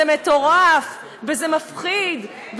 זה מטורף, וזה מפחיד,